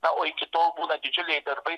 na o iki tol būna didžiuliai darbai